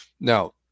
Now